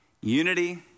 unity